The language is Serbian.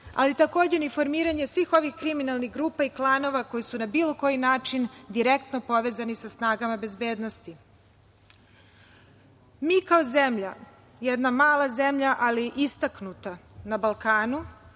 ali takođe ni formiranje svih ovih kriminalnih grupa i klanova koji su na bilo koji način direktno povezani sa snagama bezbednosti. Mi kao zemlja, jedna mala zemlja, ali istaknuta na Balkanu